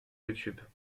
youtube